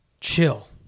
chill